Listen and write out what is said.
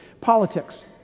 politics